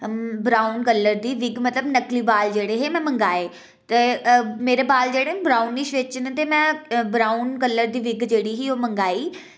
brown colour दी wig मतलब नकली बाल जेह्ड़े हे में मंगाए ते मेरे बाल जेह्ड़े न ब्राउनिश बिच न ते में ब्राउन कलर दी बिग जेह्ड़ी ही ओह् मंगाई ते